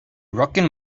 rocking